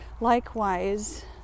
likewise